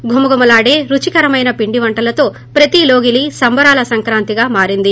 ఘుమఘుమలాడే రుచికరమైన పిండి వంటలతో ప్రతి లోగిలి సంబరాల సంక్రాంతిగా మారింది